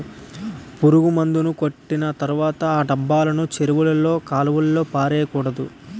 పురుగుమందు కొట్టిన తర్వాత ఆ డబ్బాలను చెరువుల్లో కాలువల్లో పడేకూడదు